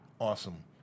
awesome